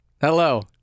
Hello